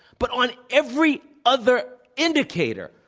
but on every other indicator,